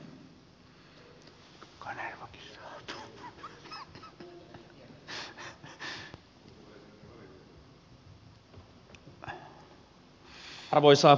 arvoisa puhemies